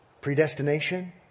predestination